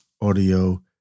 audio